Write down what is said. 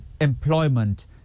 employment